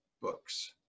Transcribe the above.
books